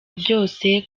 byose